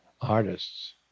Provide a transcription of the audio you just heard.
artists